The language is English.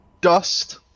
Dust